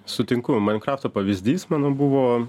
sutinku mainkrafto pavyzdys mano buvo